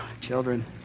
children